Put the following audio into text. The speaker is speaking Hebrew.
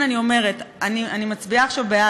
ולכן אני אומרת: אני מצביעה עכשיו בעד.